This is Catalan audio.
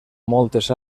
moltes